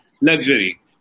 luxury